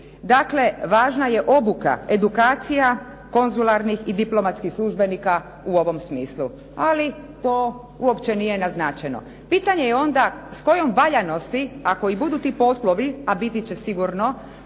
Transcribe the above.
Dakle, važna je obuka, edukacija konzularnih i diplomatskih službenika u ovom smislu, ali to uopće nije naznačeno. Pitanje je onda s kojom valjanosti ako i budu ti poslovi a biti će sigurno